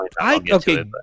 Okay